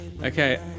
Okay